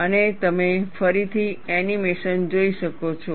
અને તમે ફરીથી એનિમેશન જોઈ શકો છો